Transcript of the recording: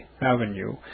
Avenue